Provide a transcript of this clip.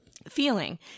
Feeling